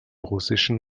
russischen